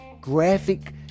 graphic